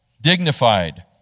Dignified